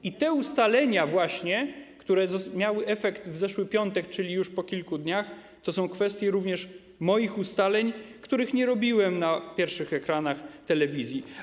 I te ustalenia właśnie, które miały efekt w zeszły piątek, czyli już po kilku dniach, to są kwestie również moich ustaleń, których nie robiłem na pierwszych ekranach telewizji.